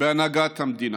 בהנהגת המדינה.